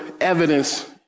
evidence